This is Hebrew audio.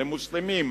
למוסלמים,